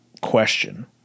question